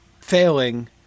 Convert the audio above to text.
failing